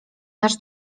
nasz